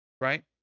Right